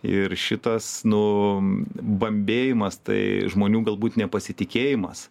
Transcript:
ir šitas nu bambėjimas tai žmonių galbūt nepasitikėjimas